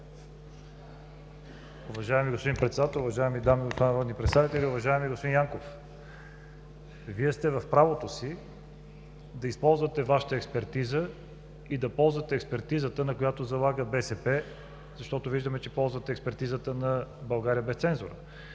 Уважаеми господин Председател, уважаеми дами и господа народни представители! Уважаеми господин Янков! Вие сте в правото си да използвате Вашата експертиза и да ползвате експертизата, на която залага БСП, защото виждаме, че ползвате експертизата на „България без цензура“.